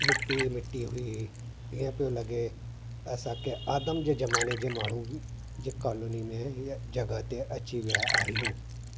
मिट्टी मिट्टी हुई ईअं पियो लॻे असां कंहिं आदम जे ज़माने माण्हुनि जे कॉलोनी में जॻहि ते अची विया आहियूं